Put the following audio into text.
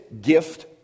gift